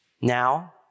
Now